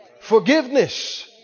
forgiveness